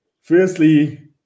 Firstly